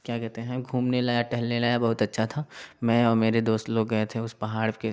क्या कहते हैं घूमने लगा टहलने लगा बहुत अच्छा था मैं और मेरे दोस्त लोग गए थे उस पहाड़ के